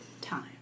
time